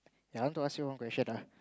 yea I want to ask you one question ah